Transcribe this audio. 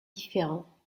différents